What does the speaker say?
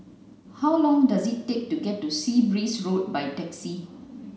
how long does it take to get to Sea Breeze Road by taxi